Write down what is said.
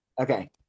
Okay